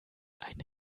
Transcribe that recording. ein